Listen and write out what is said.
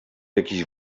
jakiś